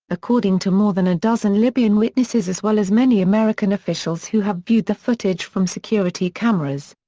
according to more than a dozen libyan witnesses as well as many american officials who have viewed the footage from security cameras.